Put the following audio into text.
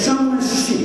כמה יש שם?